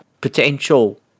potential